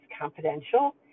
confidential